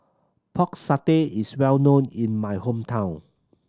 Pork Satay is well known in my hometown